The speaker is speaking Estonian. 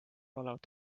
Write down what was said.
olevat